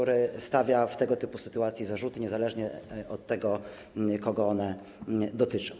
który stawia w tego typu sytuacji zarzuty, niezależnie od tego, kogo one dotyczą.